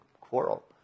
quarrel